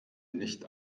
nicht